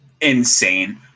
insane